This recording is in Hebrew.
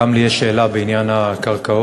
גם לי יש שאלה בעניין הקרקעות,